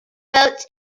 boats